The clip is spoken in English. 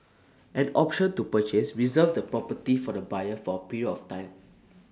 an option to purchase reserves the property for the buyer for A period of time